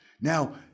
Now